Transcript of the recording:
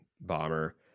bomber